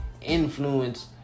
influence